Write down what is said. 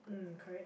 um correct